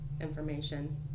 information